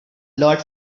lot